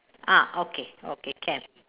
ah okay okay can